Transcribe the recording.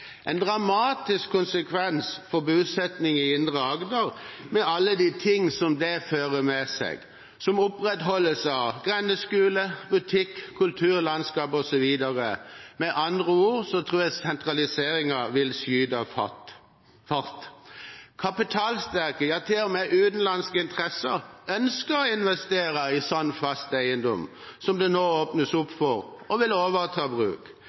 en dramatisk konsekvens for bosetting i Indre Agder, med alle de ting som det fører med seg, som opprettholdelse av grendeskole, butikk, kulturlandskap osv. Med andre ord tror jeg sentraliseringen vil skyte fart. Kapitalsterke – ja, til og med utenlandske – interesser ønsker å investere i sånn fast eiendom som det nå åpnes opp for, og vil overta bruk,